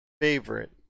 favorite